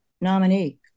nominee